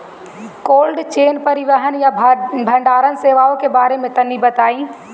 Cold chain परिवहन या भंडारण सेवाओं के बारे में तनी बताई?